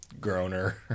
Groner